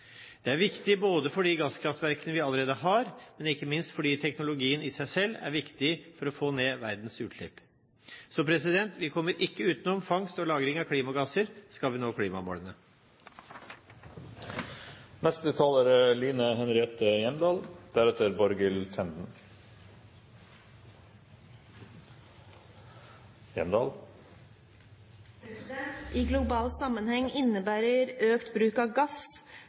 Det er viktig for de gasskraftverkene vi allerede har, men ikke minst fordi teknologien i seg selv er viktig for å få ned verdens utslipp. Vi kommer ikke utenom fangst og lagring av klimagasser, skal vi nå klimamålene. I global sammenheng innebærer økt bruk av gass